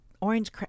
Orange